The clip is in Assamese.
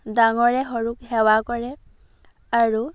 ডাঙৰে সৰুক সেৱা কৰে আৰু